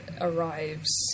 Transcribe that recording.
arrives